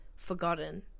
forgotten